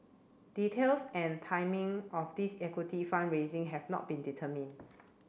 details and timing of this equity fund raising have not been determined